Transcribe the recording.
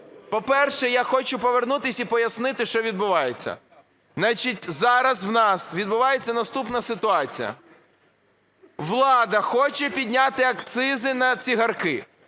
по-перше, я хочу повернутися і пояснити, що відбувається. Значить, зараз в нас відбувається наступна ситуація. Влада хоче підняти акцизи на цигарки.